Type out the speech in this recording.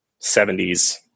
70s